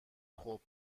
خوب